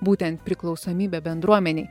būtent priklausomybę bendruomenei